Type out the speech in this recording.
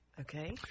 Okay